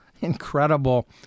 incredible